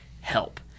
help